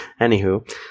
Anywho